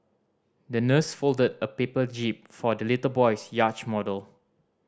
the nurse folded a paper jib for the little boy's yacht model